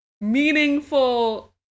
meaningful